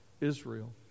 Israel